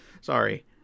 Sorry